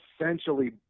essentially